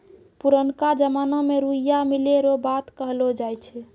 पुरनका जमाना मे रुइया मिलै रो बात कहलौ जाय छै